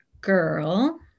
girl